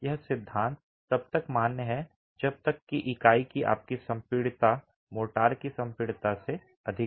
यह सिद्धांत तब तक मान्य है जब तक कि इकाई की आपकी संपीड़ितता मोर्टार की संपीड़ितता से अधिक हो